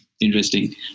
Interesting